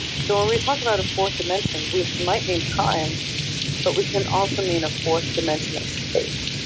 so when we talk about a fourth dimension, we might mean time but we can also mean a fourth dimension of space.